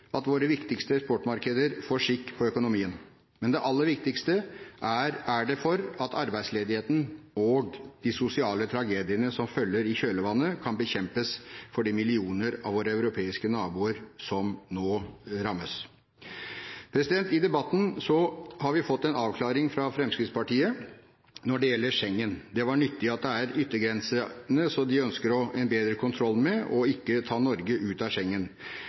at våre viktigste eksportmarkeder får skikk på økonomien. Men aller viktigst er det for at arbeidsledigheten og de sosiale tragediene som følger i kjølvannet, kan bekjempes for de millioner av våre europeiske naboer som nå rammes. I debatten har vi fått en avklaring fra Fremskrittspartiet når det gjelder Schengen. Det var nyttig å få avklart at det er yttergrensene de ønsker en bedre kontroll med, ikke å ta Norge ut av